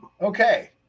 Okay